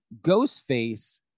Ghostface